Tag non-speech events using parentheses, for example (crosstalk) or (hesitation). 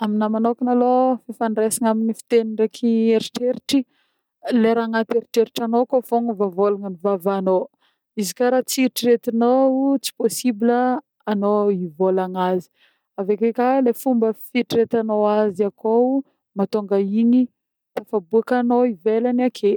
Aminah manôkagna alôha, fifandresagnany amin'ny fiteny ndreky eritreritry (hesitation) le raha agnatiny eritreritranô koa fagnôva vôlagnin'ny vavanô, izy koà raha tsy eritreritinô tsy possible anô hivôlagna azy, avy ake koa le fomba fieritriretinao azy akô mahatonga igny tafaboakanô ivelagny ake.